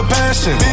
passion